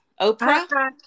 Oprah